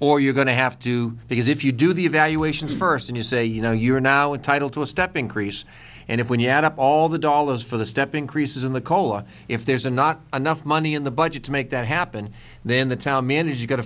or you're going to have to do because if you do the evaluations first and you say you know you're now entitle to a step increase and if when you add up all the dollars for the step increases in the cola if there's a not enough money in the budget to make that happen then the taliban is you've got to